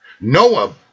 Noah